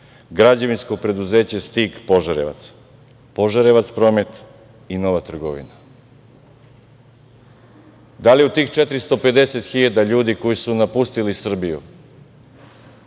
Građevinsko preduzeće „Stig“ Požarevac, „Požarevac promet“ i „Nova trgovina“.Da li u tih 450.000 ljudi koji su napustili Srbiju